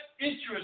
interest